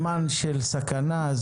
זמן של סכנה,